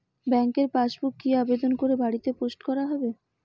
ব্যাংকের পাসবুক কি আবেদন করে বাড়িতে পোস্ট করা হবে?